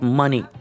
money